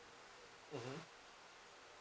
mmhmm